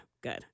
good